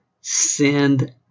send